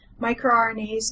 microRNAs